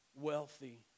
wealthy